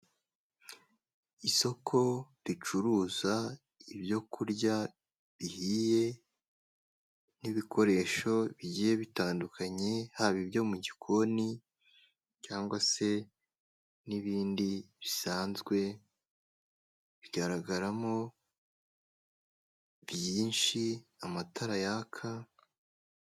Isoko ricuruza ibyo kurya bihiye, n'ibikoresho bigiye bitandukanye, haba ibyo mu gikoni cyangwa se n'ibindi bisanzwe, bigaragaramo byinshi amatara yaka,...